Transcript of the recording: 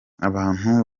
abantu